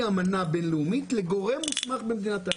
אמנה בין-לאומית לגורם מוסמך במדינת היעד.